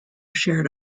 shared